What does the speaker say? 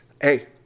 Hey